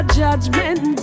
judgment